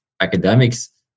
academics